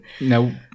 Now